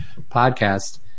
podcast